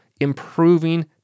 improving